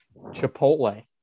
Chipotle